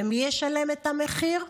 ומי ישלם את המחיר?